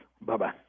Bye-bye